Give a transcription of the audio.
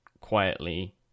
quietly